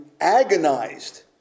agonized